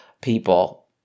people